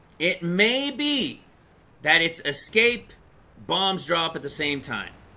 it may be that it's escape bombs drop at the same time